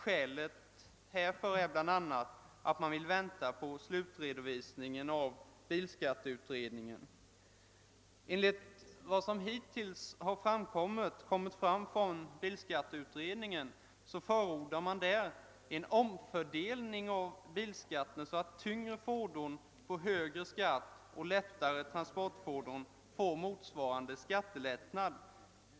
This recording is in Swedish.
Skälet härför är bl.a. att man vill vänta tills bilskatteutredningens förslag har slutredovisats. Enligt vad som hittills har meddelats från den utredningen förordas en omfördelning av bilskatten så ait tyngre fordon får högre skati och lättare transport fordon får motsvarande skattelättnad.